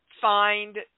find